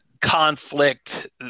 conflict